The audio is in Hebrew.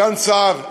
סגן שר.